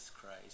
Christ